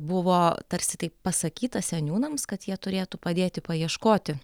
buvo tarsi taip pasakyta seniūnams kad jie turėtų padėti paieškoti